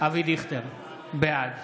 אבי דיכטר, בעד